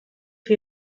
for